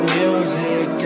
music